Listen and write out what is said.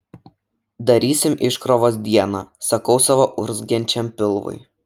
darysim iškrovos dieną sakau savo urzgiančiam pilvui